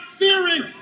fearing